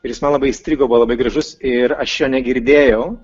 ir jis man labai įstrigo buvo labai gražus ir aš jo negirdėjau